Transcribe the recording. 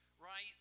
right